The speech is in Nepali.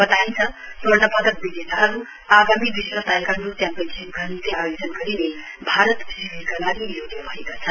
वताइन्छ स्वर्ण पदक विजेताहरु आगामी विश्व ताइकाण्डू च्याम्पियनशीपका निम्ति आयोजन गरिने भारत शिविरका लागि योग्य भएका छन्